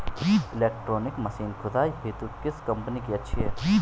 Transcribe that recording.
Electronic machine खुदाई हेतु किस कंपनी की अच्छी है?